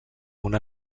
una